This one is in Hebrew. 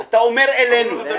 --- אתה אומר אלינו.